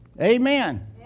Amen